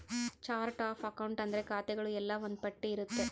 chart of account ಅಂದ್ರೆ ಖಾತೆಗಳು ಎಲ್ಲ ಒಂದ್ ಪಟ್ಟಿ ಇರುತ್ತೆ